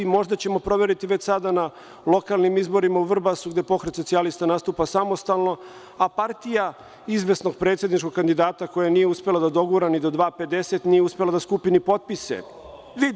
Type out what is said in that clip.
Možda ćemo proveriti već sada na lokalnim izborima u Vrbasu gde Pokret Socijalista nastupa samostalno, a partija izvesnog predsedničkog kandidata koja nije uspela da dogura ni do 2,50, nije uspela da skupi ni potpise.